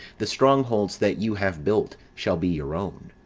the strong holds that you have built, shall be your own.